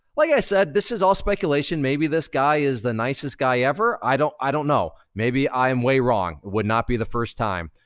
like i said, this is all speculation. maybe this guy is the nicest guy ever, i don't i don't know. maybe i'm way wrong. would not be the first time.